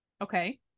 okay